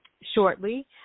shortly